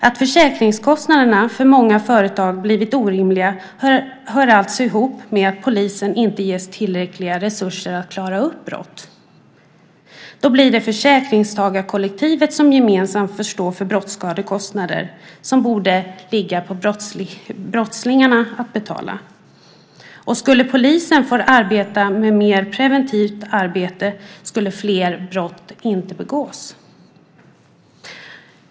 Att försäkringskostnaderna för många företag blivit orimliga hör alltså ihop med att polisen inte ges tillräckliga resurser att klara upp brott. Då blir det försäkringstagarkollektivet som gemensamt får stå för brottsskadekostnader som det borde ligga på brottslingarna att betala. Skulle polisen få arbeta med mer preventivt arbete skulle fler brott inte begås.